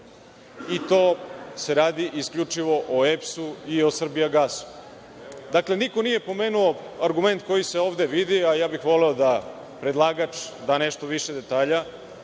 i to se radi isključivo o EPS-u i o „Srbijagasu“.Dakle, niko nije pomenuo argument koji se ovde vidi, a ja bih voleo da predlagač da nešto više detalja